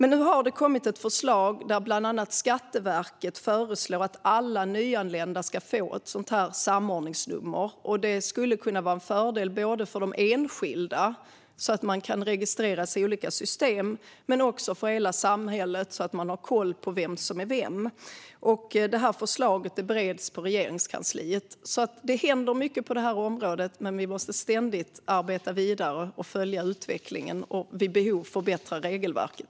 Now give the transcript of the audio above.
Nu har det kommit ett förslag från bland annat Skatteverket om att alla nyanlända ska få samordningsnummer. Det skulle kunna vara en fördel både för de enskilda, så att de kan registreras i olika system, och för hela samhället, så att man har koll på vem som är vem. Förslaget bereds på Regeringskansliet. Det händer alltså mycket på det här området, men vi måste ständigt arbeta vidare och följa utvecklingen samt vid behov förbättra regelverket.